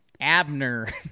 Abner